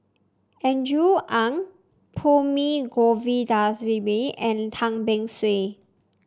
Andrew Ang Perumal Govindaswamy and Tan Beng Swee